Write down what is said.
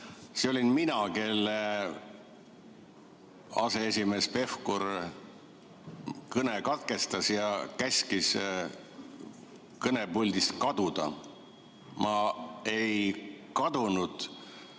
See olin mina, kellel aseesimees Pevkur kõne katkestas ja keda ta käskis kõnepuldist kaduda. Ma ei kadunud,